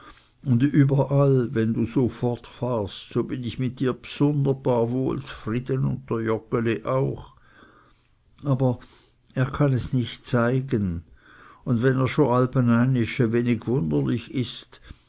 und überall wennd so fortfahrst so bin ich mit dir bsunderbar wohl zfriede und der joggeli auch aber er kann es nicht zeigen und wenn er schon allbeneinisch e wenig wunderlich ist